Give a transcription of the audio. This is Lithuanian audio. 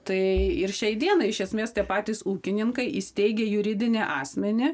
tai ir šiai dienai iš esmės tie patys ūkininkai įsteigę juridinį asmenį